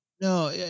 No